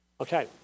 Okay